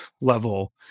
level